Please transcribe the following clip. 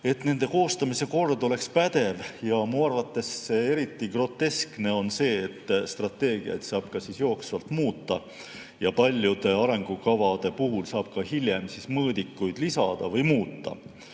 kuulasime, koostamise kord oleks pädev. Mu arvates eriti groteskne on see, et strateegiaid saab ka jooksvalt muuta ja paljude arengukavade puhul saab ka hiljem mõõdikuid lisada või muuta.